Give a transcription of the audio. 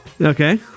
Okay